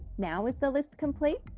now is the list complete?